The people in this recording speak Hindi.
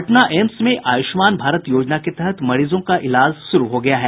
पटना एम्स में आयुष्मान भारत योजना के तहत मरीजों का इलाज शुरू हो गया है